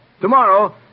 Tomorrow